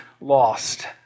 lost